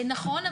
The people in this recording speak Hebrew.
נכון.